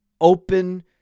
open